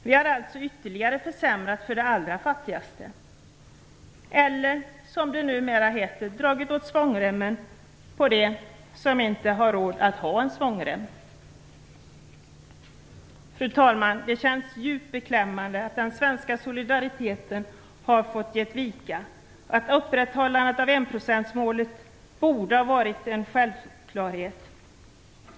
Vi har alltså ytterligare försämrat för de allra fattigaste eller - som det numera heter - dragit åt svångremmen för dem som inte har råd att ha en svångrem. Fru talman! Det känns djupt beklämmande att den svenska solidariteten har fått ge vika. Upprätthållandet av enprocentsmålet borde ha varit en självklarhet.